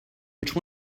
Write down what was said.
which